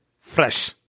fresh